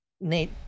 Nate